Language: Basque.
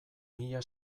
mila